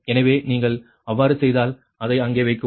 எனவே நீங்கள் அவ்வாறு செய்தால் அதை அங்கே வைக்கவும்